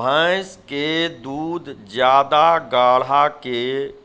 भैंस के दूध ज्यादा गाढ़ा के